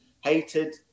hated